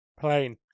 Plane